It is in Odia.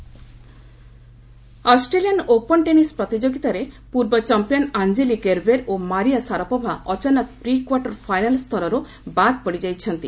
Australian open Australian open tennis ପ୍ରତିଯୋଗିତାରେ ପୂର୍ବ ଚାମ୍ପାୟନ୍ ଆଞ୍ଚେଲି କେର୍ବେର୍ ଓ ମାରିଆ ସାରାପୋଭା ଅଚାନକ ପ୍ରି କ୍ୱାର୍ଟର୍ ଫାଇନାଲ୍ ସ୍ତରର୍ ବାଦ୍ ପଡ଼ିଯାଇଛନ୍ତି